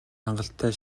хангалттай